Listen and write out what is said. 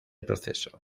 proceso